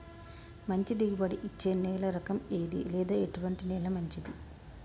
మంచి దిగుబడి ఇచ్చే నేల రకం ఏది లేదా ఎటువంటి నేల మంచిది?